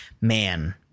man